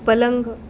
पलंग